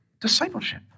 discipleship